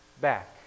back